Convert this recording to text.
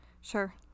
Sure